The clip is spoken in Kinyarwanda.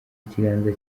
ikiganza